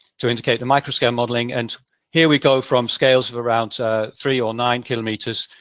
to indicate the microscale modeling. and here, we go from scales of around three or nine kilometers,